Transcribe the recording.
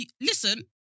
Listen